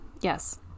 Yes